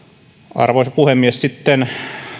arvoisa puhemies sitten